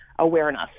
awareness